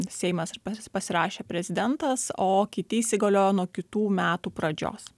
seimas ir pasi pasirašė prezidentas o kiti įsigalioja nuo kitų metų pradžios